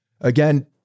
Again